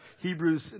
Hebrews